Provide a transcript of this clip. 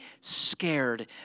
scared